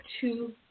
two